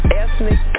ethnic